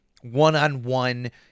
one-on-one